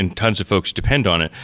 and tons of folks depend on it,